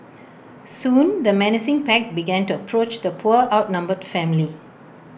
soon the menacing pack began to approach the poor outnumbered family